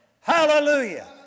Hallelujah